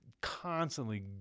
constantly